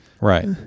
Right